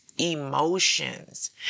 emotions